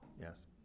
Yes